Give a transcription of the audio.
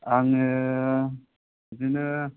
आङो बिदिनो